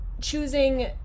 choosing